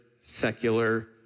secular